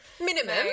Minimum